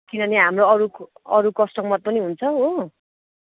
किनभने हाम्रो अरू अरू कस्टमर पनि हुन्छ हो